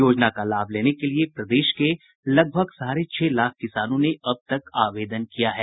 योजना का लाभ लेने के लिये प्रदेश के लगभग साढ़े छह लाख किसानों ने अब तक आवेदन किया है